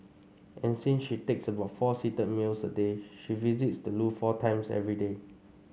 and since she takes about four seated meals a day she visits the loo four times every day